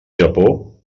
japó